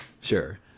Sure